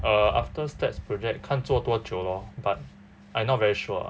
uh after stats project 看做多久 lor but I not very sure ah